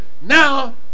now